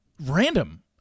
random